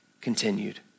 continued